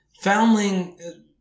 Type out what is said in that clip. Foundling